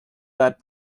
that